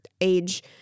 age